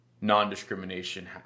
non-discrimination